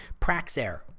praxair